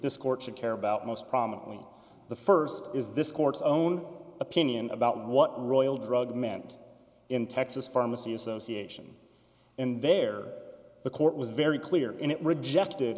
this court should care about most prominently the st is this court's own opinion about what royal drug meant in texas pharmacy association and there the court was very clear in it rejected